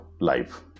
life